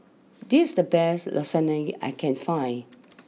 this the best Lasagna I can find